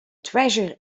treasure